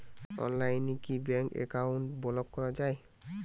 অনলাইনে কি bank account block করা য়ায়?